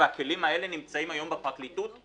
הכלים האלה נמצאים היום בפרקליטות.